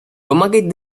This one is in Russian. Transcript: помогать